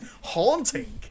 haunting